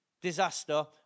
disaster